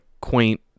quaint